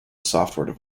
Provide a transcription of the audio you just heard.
software